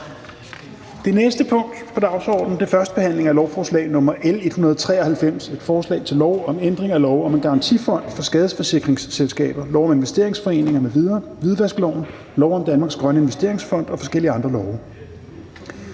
Det næste punkt på dagsordenen er: 4) 1. behandling af lovforslag nr. L 193: Forslag til lov om ændring af lov om en garantifond for skadesforsikringsselskaber, lov om investeringsforeninger m.v., hvidvaskloven, lov om Danmarks Grønne Investeringsfond og forskellige andre love.